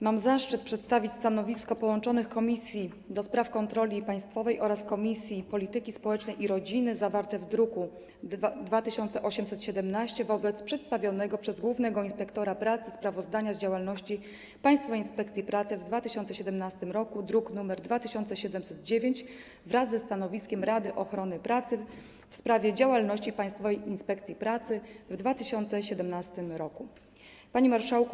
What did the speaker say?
Mam zaszczyt przedstawić stanowisko połączonych Komisji do Spraw Kontroli Państwowej oraz Komisji Polityki Społecznej i Rodziny zawarte w druku nr 2817 wobec przedstawionego przez głównego inspektora pracy sprawozdania z działalności Państwowej Inspekcji Pracy w 2017 r., druk nr 2709, wraz ze stanowiskiem Rady Ochrony Pracy w sprawie działalności Państwowej Inspekcji Pracy w 2017 r. Panie Marszałku!